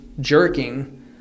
jerking